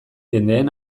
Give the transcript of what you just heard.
jendeen